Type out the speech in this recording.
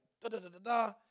da-da-da-da-da